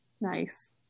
Nice